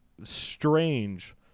strange